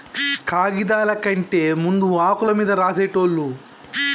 కాగిదాల కంటే ముందు ఆకుల మీద రాసేటోళ్ళు